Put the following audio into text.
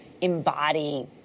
embody